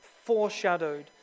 foreshadowed